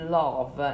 love